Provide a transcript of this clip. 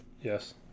Yes